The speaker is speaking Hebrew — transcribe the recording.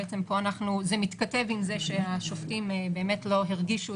פה בעצם זה מתכתב עם זה שהשופטים באמת לא הרגישו,